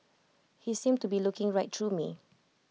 he seemed to be looking right through me